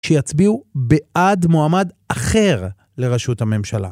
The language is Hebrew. שיצביעו בעד מועמד אחר לראשות הממשלה.